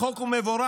החוק הוא מבורך,